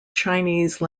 chinese